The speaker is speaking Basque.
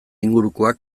ingurukoak